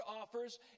offers